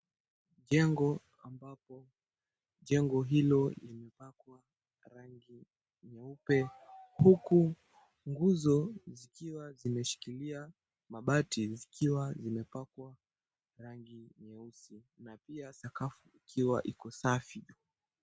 Jengo ambapo jengo hilo limepakwa rangi nyeupe huku nguzo zikiwa zimeshikilia mabati zikiwa zimepakwa rangi nyeusi na pia sakafu ikiwa iko safi.